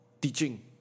teaching